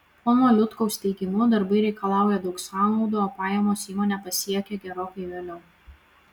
pono liutkaus teigimu darbai reikalauja daug sąnaudų o pajamos įmonę pasiekia gerokai vėliau